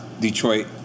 Detroit